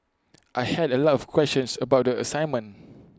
I had A lot of questions about the assignment